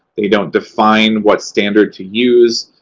they don't define what standard to use.